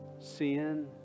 sin